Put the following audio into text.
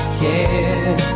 care